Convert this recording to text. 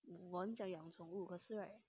我很想养宠物可是 right